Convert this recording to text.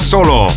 Solo